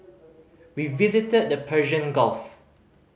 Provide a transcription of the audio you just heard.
we visited the Persian Gulf